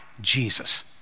Jesus